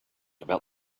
about